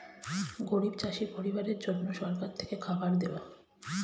গরিব চাষি পরিবারের জন্য সরকার থেকে খাবার দেওয়া